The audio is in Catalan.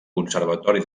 conservatori